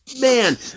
man